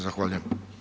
Zahvaljujem.